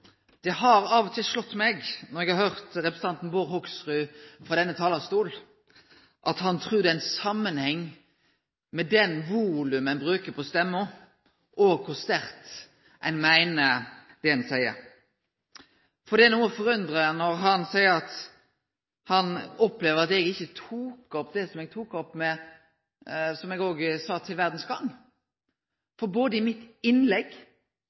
Det har av og til slått meg når eg har hørt representanten Bård Hoksrud frå denne talarstolen, at han trur det er ein samanheng mellom det volumet ein bruker på stemma, og kor sterkt ein meiner det ein seier. Det er noko forunderleg når han seier at han opplever at eg ikkje tok opp det eg tok opp – det eg òg sa til Verdens Gang. Eg tok opp den saka spesifikt i mitt innlegg!